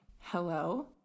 hello